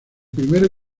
primero